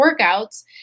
workouts